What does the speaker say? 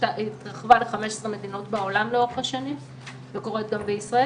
היא התרחבה ל-15 מדינות בעולם לאורך השנים וקורית גם בישראל.